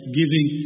giving